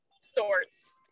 sorts